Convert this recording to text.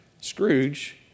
Scrooge